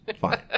fine